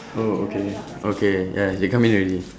oh okay okay ya they come in already